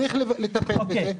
צריך לטפל בזה,